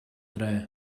dref